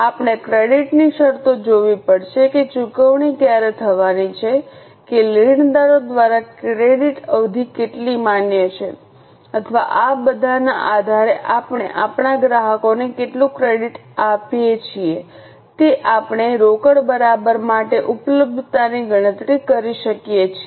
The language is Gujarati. આપણે ક્રેડિટની શરતો જોવી પડશે કે ચુકવણી ક્યારે થવાની છે કે લેણદારો દ્વારા ક્રેડિટ અવધિ કેટલી માન્ય છે અથવા આ બધાના આધારે આપણે આપણા ગ્રાહકોને કેટલું ક્રેડિટ આપીએ છીએ તે આપણે રોકડ બરાબર માટે ઉપલબ્ધતાની ગણતરી કરીએ છીએ